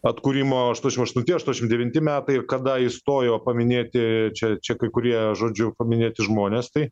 atkūrimo aštuoniasdešimt aštunti aštuoniasdešimt devinti metai ir kada įstojo paminėti čia čia kai kurie žodžiu paminėti žmonės tai